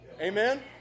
Amen